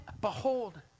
Behold